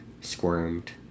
squirmed